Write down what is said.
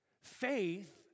Faith